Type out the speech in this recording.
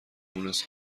مونس